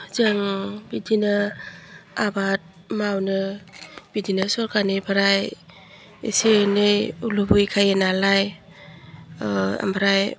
जों बिदिनो आबाद मावनो बिदिनो सरकारनिफ्राय एसे एनै लुबैखायो नालाय आमफ्राय